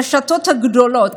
הרשתות הגדולות,